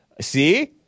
See